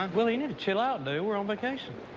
um willie, you need to chill out, dude. we're on vacation.